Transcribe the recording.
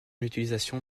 utilisation